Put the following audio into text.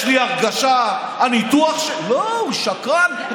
יש לי הרגשה, הניתוח, לא, הוא שקרן.